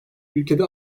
ülkede